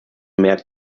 mehr